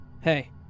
Hey